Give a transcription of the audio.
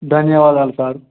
ధన్యవాదాలు సారు